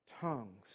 tongues